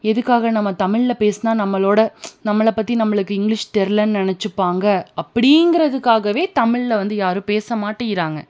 எதுக்காக நம்ம தமிழில் பேசுனா நம்மளோடய நம்மள பற்றி நம்ம இங்கிலிஷ் தெர்யலன்னு நினச்சுப்பாங்க அப்படீங்கிறதுக்காகவே தமிழில் வந்து யாரும் பேச மாட்டீங்கிறாங்க